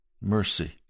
mercy